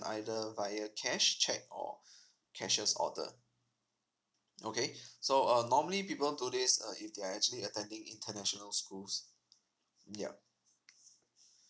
either via cash cheque or cashier's order okay so uh normally people do this uh if they're actually attending international schools yup